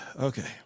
Okay